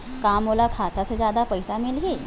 का मोला खाता से जादा पईसा मिलही?